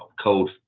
code